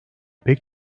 pek